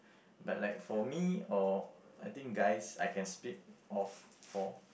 but like for me or I think guys I can speak of for